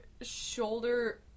shoulder